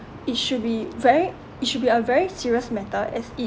it should be very it should be a very serious matter as it